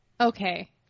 Okay